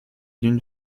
d’une